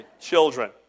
children